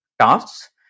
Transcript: tasks